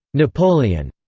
napoleon.